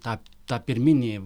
ta tą pirminį